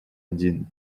один